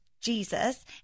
Jesus